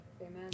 Amen